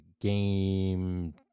Game